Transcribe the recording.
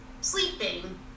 sleeping